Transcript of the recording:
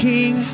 King